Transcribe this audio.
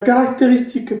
caractéristique